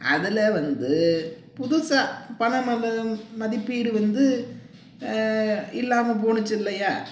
அதில் வந்து புதுசாக பண மபல் மதிப்பீடு வந்து இல்லாமல் போணிச்சு இல்லையா